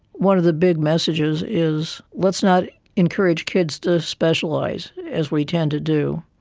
one of the big messages is let's not encourage kids to specialise, as we tend to do,